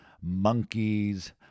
monkeys